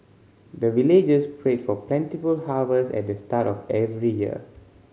the villagers pray for plentiful harvest at the start of every year